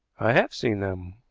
i have seen them.